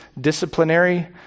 disciplinary